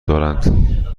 دارند